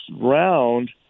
round